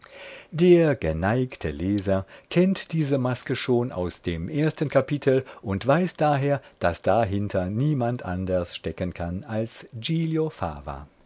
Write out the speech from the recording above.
der geneigte leser kennt diese maske schon aus dem ersten kapitel und weiß daher daß dahinter niemand anders stecken kann als giglio fava